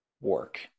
work